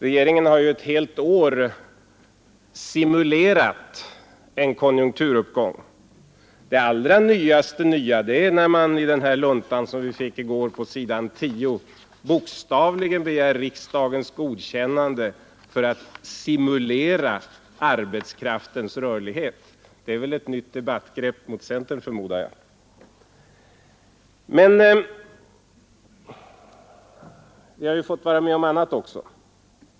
Regeringen har ju ett helt år simulerat en konjunkturuppgång. Det allra nyaste nya är när man i den lunta som vi fick i går på s. 10 bokstavligen begär riksdagens godkännande för att simulera arbetskraftens rörlighet — det är väl ett nytt debattgrepp mot centern, förstår jag. Men vi har fått vara med om annat också.